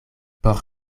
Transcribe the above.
por